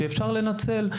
שאפשר לנצל.